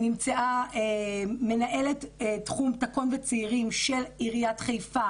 נמצאה מנהלת תחום תָקוֹן וצעירים של עיריית חיפה.